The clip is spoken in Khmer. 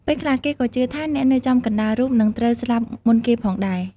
ពេលខ្លះ គេក៏ជឿថាអ្នកនៅចំកណ្តាលរូបនឹងត្រូវស្លាប់មុនគេផងដែរ។